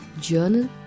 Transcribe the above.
Journal